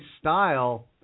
style